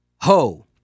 Ho